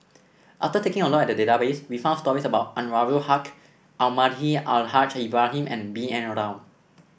after taking a look at the database we found stories about Anwarul Haque Almahdi Al Haj Ibrahim and B N Rao